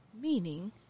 Meaning